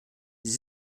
sie